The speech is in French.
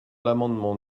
l’amendement